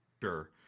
Sure